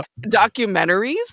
documentaries